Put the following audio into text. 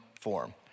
form